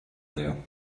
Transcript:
there